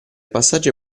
passaggio